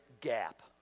gap